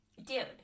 Dude